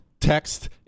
text